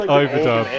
overdub